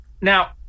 Now